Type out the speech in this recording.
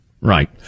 Right